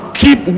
keep